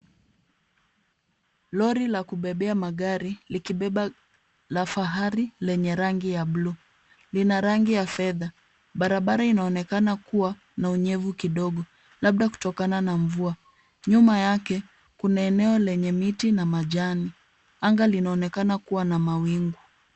Lori la kubebea magari likibeba la fahari lenye rangi ya buluu. Lina rangi ya fedha. Barabara inaonekana kuwa na unyevu kidogo, labda kutokana na mvua. Nyuma yake, kuna eneo lenye miti na majani. Anga linaonekana kuwa na mawingu.